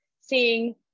seeing